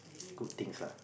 good things lah